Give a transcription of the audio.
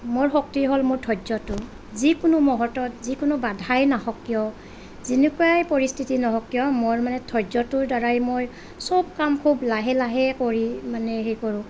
মোৰ শক্তি হ'ল মোৰ ধৈৰ্য্য়টো যিকোনো মুহূৰ্তত যিকোনো বাধাই নাহওক কিয় যেনেকুৱাই পৰিস্থিতি নহওঁক কিয় মোৰ মানে ধৈৰ্য্য়টোৰ দ্বাৰাই মই চব কাম খুব লাহে লাহে কৰি মানে সেই কৰোঁ